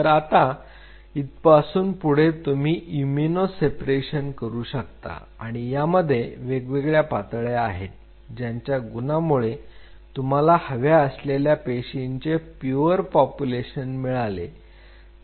तर आता इथपासून पुढे तुम्ही इम्यूनो सेपरेशन करू शकता आणि यामध्ये वेगवेगळ्या पातळ्या आहेत ज्यांच्या गुणांमुळे तुम्हाला हव्या असलेल्या पेशीचे प्युअर पॉप्युलेशन मिळते